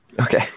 Okay